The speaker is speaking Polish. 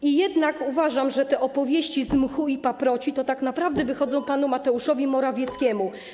I jednak uważam, że te opowieści z mchu i paproci to tak naprawdę wychodzą panu Mateuszowi Morawieckiemu.